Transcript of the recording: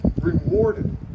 rewarded